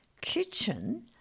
kitchen